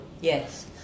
Yes